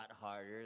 harder